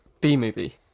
B-movie